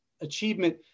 achievement